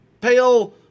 Pale